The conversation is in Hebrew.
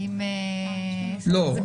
האם --- לא,